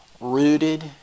rooted